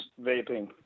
vaping